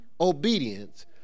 obedience